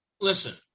Listen